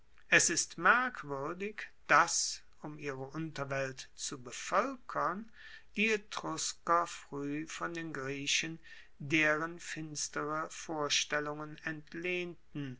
es ist merkwuerdig dass um ihre unterwelt zu bevoelkern die etrusker frueh von den griechen deren finstere vorstellungen entlehnten